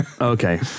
Okay